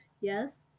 Yes